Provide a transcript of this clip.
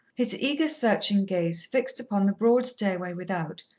his eager, searching gaze fixed upon the broad stairway without,